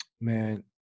man